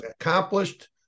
accomplished